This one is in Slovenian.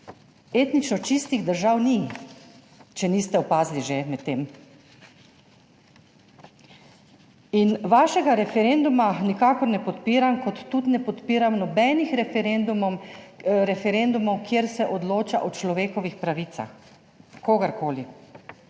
Etnično čistih držav ni, če niste že med tem opazili. Vašega referenduma nikakor ne podpiram, kot tudi ne podpiram nobenih referendumov, kjer se odloča o človekovih pravicah kogarkoli.